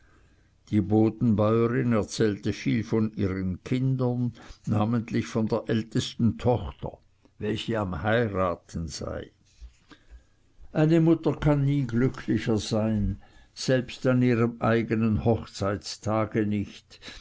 die bodenbäurin erzählte viel von ihren kindern namentlich von der ältesten tochter welche am heiraten war eine mutter kann nie glücklicher sein selbst an ihrem eigenen hochzeittage nicht